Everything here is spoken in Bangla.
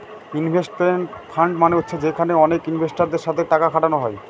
ইনভেস্টমেন্ট ফান্ড মানে হচ্ছে যেখানে অনেক ইনভেস্টারদের সাথে টাকা খাটানো হয়